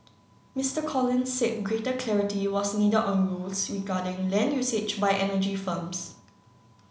Mister Collins said greater clarity was needed on rules regarding land usage by energy firms